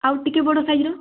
ଆଉ ଟିକେ ବଡ଼ ସାଇଜ୍ର